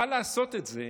קל לעשות את זה,